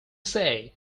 say